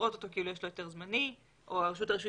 לראות אותו כאילו יש לו היתר זמני או רשות הרישוי